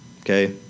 okay